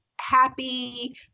happy